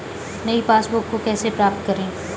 नई पासबुक को कैसे प्राप्त करें?